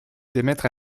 d’émettre